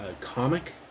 comic